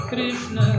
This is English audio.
Krishna